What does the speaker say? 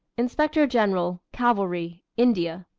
inspector-general, cavalry, india.